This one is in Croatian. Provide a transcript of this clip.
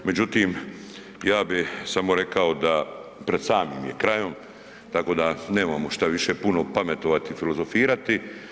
Međutim, ja bi samo rekao da pred samim je krajem tako da nemamo šta više puno pametovati i filozofirati.